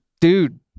dude